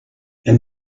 and